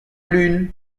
lun